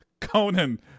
Conan